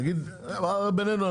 בינינו,